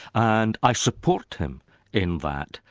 and i support him in that,